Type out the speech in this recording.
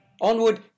Onward